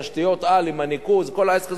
התשתיות-על עם הניקוז, כל העסק.